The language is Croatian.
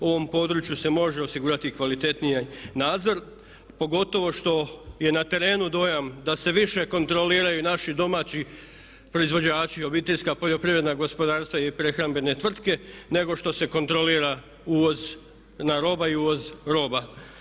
U ovom području se može osigurati kvalitetnije nadzor pogotovo što je na terenu dojam da se više kontroliraju naši domaći proizvođači, obiteljska poljoprivredna gospodarstva i prehrambene tvrtke nego što se kontrolira uvozna roba i uvoz roba.